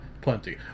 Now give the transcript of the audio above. plenty